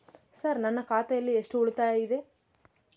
Sir ನನ್ನ ಖಾತೆಯಲ್ಲಿ ಎಷ್ಟು ಉಳಿತಾಯ ಇದೆ?